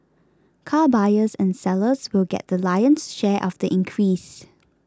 car buyers and sellers will get the lion's share of the increase